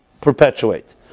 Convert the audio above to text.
perpetuate